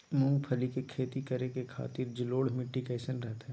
मूंगफली के खेती करें के खातिर जलोढ़ मिट्टी कईसन रहतय?